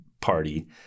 Party